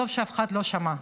טוב שאף אחד לא שמע.